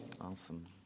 Awesome